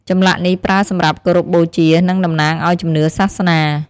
ចម្លាក់នេះប្រើសម្រាប់គោរពបូជា និងតំណាងឲ្យជំនឿសាសនា។